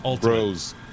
bros